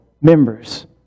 members